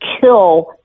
kill